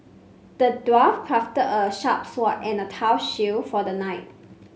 the dwarf crafted a sharp sword and a tough shield for the knight